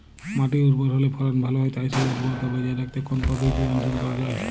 মাটি উর্বর হলে ফলন ভালো হয় তাই সেই উর্বরতা বজায় রাখতে কোন পদ্ধতি অনুসরণ করা যায়?